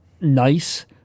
nice